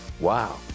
Wow